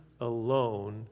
alone